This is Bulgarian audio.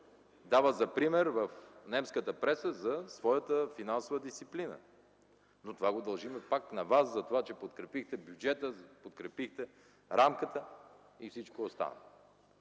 дава за пример в немската преса за своята финансова дисциплина. Но това го дължим пак на вас и затова, че подкрепихте бюджета, подкрепихте рамката му и всичко останало.